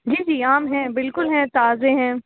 جی جی آم ہیں بالکل ہیں تازے ہیں